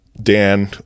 Dan